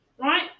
right